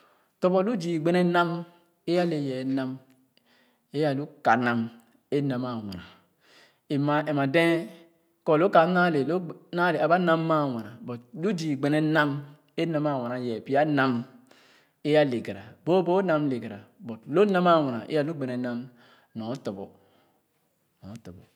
Tõp- bo lu zii gbene nam é a le yɛ nam é a lu ka nam é na maa wena é maa ɛn-ma déé kɔ lo kam naa le lo gbe naa le a ba nam é m na maa wene yɛ pya nam é ale gara boobo nam le gara but lo m na maa wene é a lu gbene nam nɔr tõp-bo nɔr tõpbo.